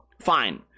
fine